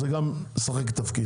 זה גם משחק תפקיד.